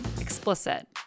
explicit